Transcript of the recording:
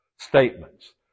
Statements